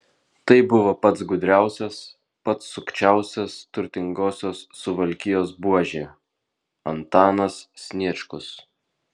tai buvo pats gudriausias pats sukčiausias turtingosios suvalkijos buožė antanas sniečkus